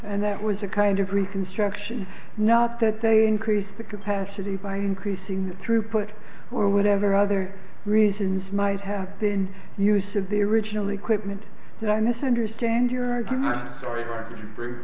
and that was a kind of reconstruction not that they increased the capacity by increasing throughput or whatever other reasons might have been use of the original equipment and i misunderstand your story